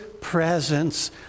presence